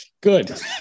good